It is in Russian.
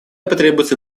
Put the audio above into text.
потребуется